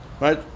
right